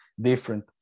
different